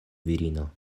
virino